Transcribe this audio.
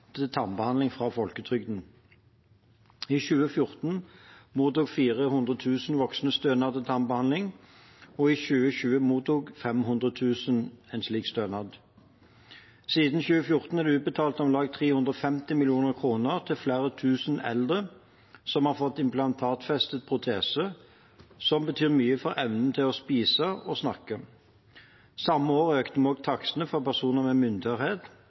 til tannbehandling fra folketrygden. I 2014 mottok 400 000 voksne stønad til tannbehandling, i 2020 mottok om lag 500 000 slik stønad. Siden 2014 er det utbetalt om lag 315 mill. kr til flere tusen eldre, som har fått implantatfestet protese, som betyr mye for evnen til å spise og snakke. Samme år økte vi takstene for personer med